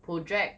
project